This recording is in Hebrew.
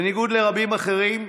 בניגוד לרבים אחרים,